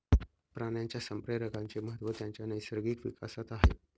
प्राण्यांच्या संप्रेरकांचे महत्त्व त्यांच्या नैसर्गिक विकासात आहे